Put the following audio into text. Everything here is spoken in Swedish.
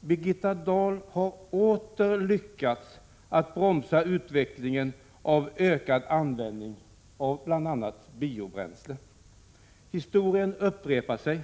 Birgitta Dahl har åter lyckats att bromsa utvecklingen av ökad användning av bl.a. biobränslen. Historien upprepar sig.